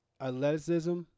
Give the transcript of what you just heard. Athleticism